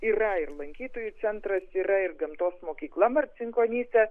yra ir lankytojų centras yra ir gamtos mokykla marcinkonyse